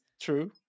true